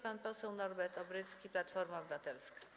Pan poseł Norbert Obrycki, Platforma Obywatelska.